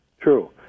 True